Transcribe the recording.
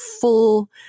full